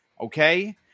Okay